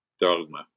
dogma